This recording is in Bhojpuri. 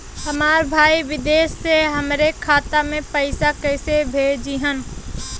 हमार भईया विदेश से हमारे खाता में पैसा कैसे भेजिह्न्न?